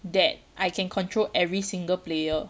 that I can control every single player